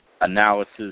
analysis